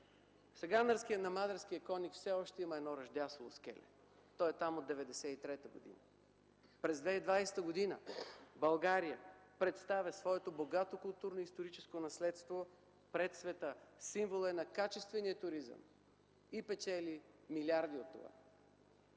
Сега на Мадарския конник все още има едно ръждясало скеле, то е там от 1993 г. През 2020 г. България представя своето богато културно-историческо наследство пред света, символ е на качествения туризъм и печели милиарди от това.